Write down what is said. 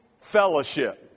fellowship